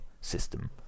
system